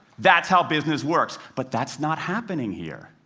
that's how business works. but that's not happening here.